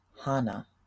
Hana